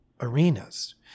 arenas